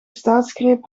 staatsgreep